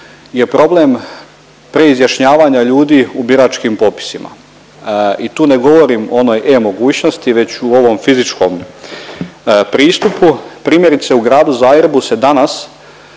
jer problem preizjašnjavanja ljudi u biračkim popisima. I tu ne govorim o onoj E mogućnosti već u ovom fizičkom pristupu, primjerice u Gradu Zagrebu se danas